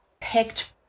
picked